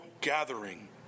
gathering